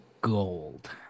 gold